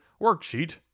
worksheet